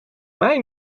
mij